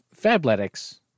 fabletics